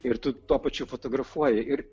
ir tu tuo pačiu fotografuoji ir